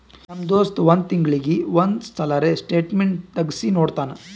ನಮ್ ದೋಸ್ತ್ ಒಂದ್ ತಿಂಗಳೀಗಿ ಒಂದ್ ಸಲರೇ ಸ್ಟೇಟ್ಮೆಂಟ್ ತೆಗ್ಸಿ ನೋಡ್ತಾನ್